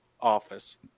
office